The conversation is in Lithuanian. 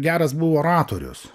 geras buvo oratorius